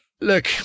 Look